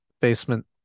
basement